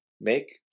make